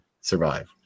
survive